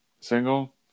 single